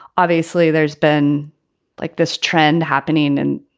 obviously there's been like this trend happening and,